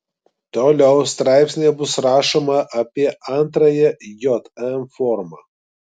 toliau straipsnyje bus rašoma apie antrąją jm formą